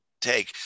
take